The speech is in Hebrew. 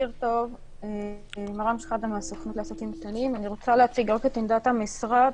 אני רוצה להציג את עמדת המשרד.